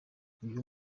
uyu